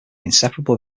inseparable